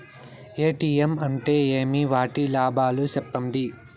ATM అంటే ఏమి? వాటి లాభాలు సెప్పండి